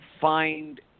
find